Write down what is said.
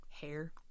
hair